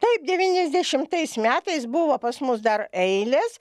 taip devyniasdešimtais metais buvo pas mus dar eilės